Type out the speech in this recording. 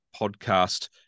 podcast